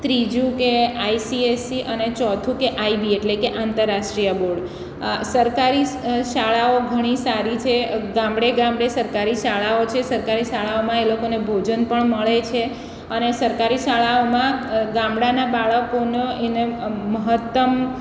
ત્રીજું કે આઇસીએસી અને ચોથું કે આઇબી એટલે કે આંતરરાષ્ટ્રિય બોર્ડ સરકારી શાળાઓ ઘણી સારી છે ગામડે ગામડે સરકારી શાળાઓ છે સરકારી શાળાઓમાં એ લોકોને ભોજન પણ મળે છે અને સરકારી શાળાઓમાં ગામડાના બાળકોનો એને અમ મહત્તમ